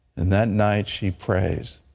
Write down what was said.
and that night she prays,